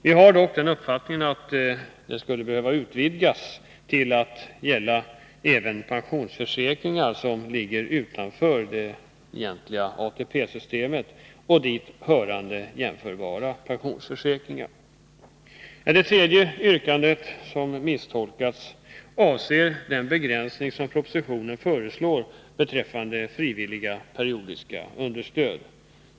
Vår uppfattning är dock att denna utmönstring bör utvidgas till att gälla även s.k. pensionsförsäkringar som ligger utanför det egentliga ATP-systemet och dit hörande jämförbara pensionsförsäkringar. Det tredje yrkandet, som misstolkats, avser den begränsning som propositionen föreslår beträffande frivilliga, periodiska understöd.